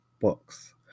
books